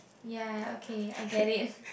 ya okay I get it